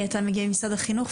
אתה מגיע ממשרד החינוך.